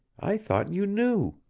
i thought you knew.